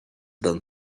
than